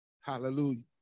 Hallelujah